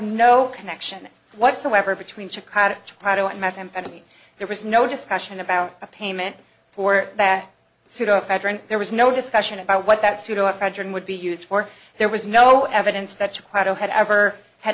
no connection whatsoever between chicago prado and methamphetamine there was no discussion about a payment for that pseudoephedrine there was no discussion about what that pseudoephedrine would be used for there was no evidence that chicago had ever had